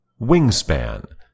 Wingspan